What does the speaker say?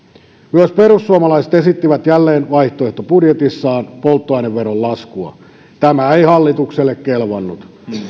myös perussuomalaiset esittivät jälleen vaihtoehtobudjetissaan polttoaineveron laskua tämä ei hallitukselle kelvannut